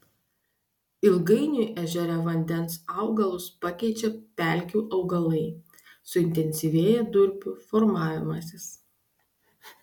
ilgainiui ežere vandens augalus pakeičia pelkių augalai suintensyvėja durpių formavimasis